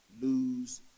lose